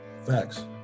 Facts